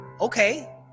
okay